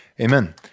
Amen